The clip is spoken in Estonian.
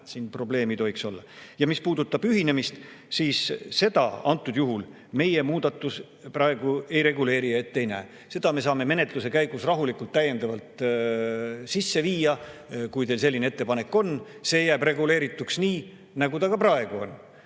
siin probleemi ei tohiks olla. Mis puudutab ühinemist, siis seda antud juhul meie muudatus ei reguleeri ja ette ei näe. Seda me saame menetluse käigus rahulikult täiendavalt sisse viia, kui teil selline ettepanek on. See jääb reguleerituks nii, nagu see praegu on.